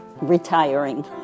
retiring